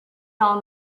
all